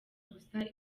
gusa